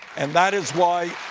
and that is why